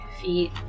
feet